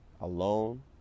alone